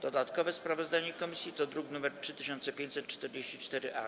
Dodatkowe sprawozdanie komisji to druk nr 3544-A.